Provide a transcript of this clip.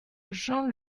jean